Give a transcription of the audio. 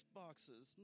boxes